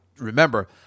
remember